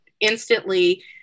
instantly